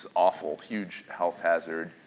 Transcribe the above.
awful. huge health hazard.